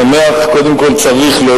השר משה כחלון ישיב בשם שר המשפטים.